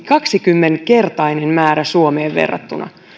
kaksikymmentä kertainen määrä suomeen verrattuna